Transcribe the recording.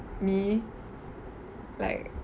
me like